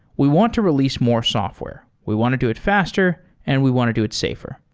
we want to release more software. we want to do it faster and we want to do it safer.